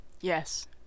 Yes